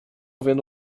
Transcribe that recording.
vendo